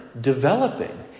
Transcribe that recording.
developing